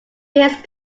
pierce